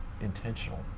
intentional